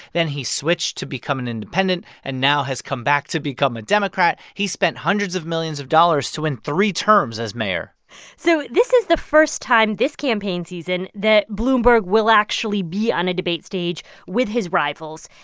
then he switched to become an independent and now has come back to become a democrat. he's spent hundreds of millions of dollars to win three terms as mayor so this is the first time this campaign season that bloomberg will actually be on a debate stage with his rivals.